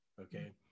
Okay